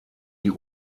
die